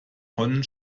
tonnen